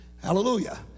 Hallelujah